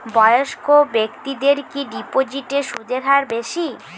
বয়স্ক ব্যেক্তিদের কি ডিপোজিটে সুদের হার বেশি?